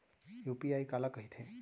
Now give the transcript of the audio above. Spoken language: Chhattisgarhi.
यू.पी.आई काला कहिथे?